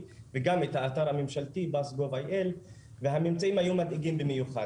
וגם את האתר הממשלתי "bus.gov.il" והממצאים היו מדאיגים במיוחד.